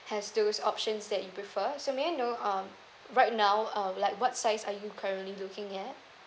has those options that you prefer so may I know uh right now uh like what size are you currently looking at